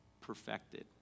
perfected